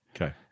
okay